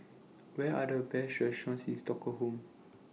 What Are The Best restaurants in Stockholm